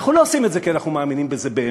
אנחנו לא עושים את זה כי אנחנו מאמינים בזה באמת.